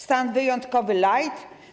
Stan wyjątkowy light?